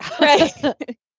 Right